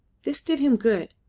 this did him good,